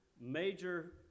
major